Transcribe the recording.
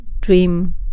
dream